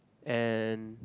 and